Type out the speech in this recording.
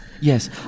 Yes